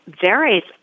varies